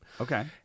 Okay